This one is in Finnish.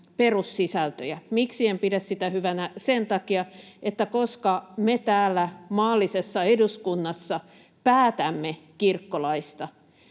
perussisältöjä. Miksi en pidä sitä hyvänä? Sen takia, että koska me täällä maallisessa eduskunnassa päätämme kirkkolaista,